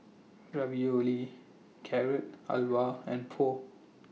Ravioli Carrot Halwa and Pho